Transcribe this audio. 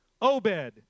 Obed